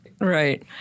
Right